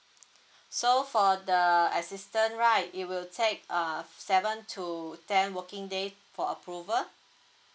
so for the assistance right it will take err seven to ten working day for approval